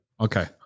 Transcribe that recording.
okay